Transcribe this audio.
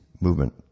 movement